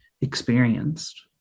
experienced